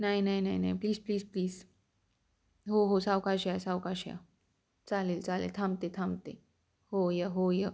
नाही नाही नाही नाही प्लीज प्लीज प्लीज हो हो सावकाश या सावकाश या चालेल चालेल थांबते थांबते होय होय